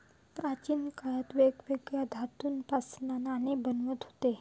प्राचीन काळात वेगवेगळ्या धातूंपासना नाणी बनवत हुते